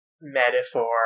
metaphor